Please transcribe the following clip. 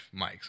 mics